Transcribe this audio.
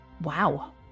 Wow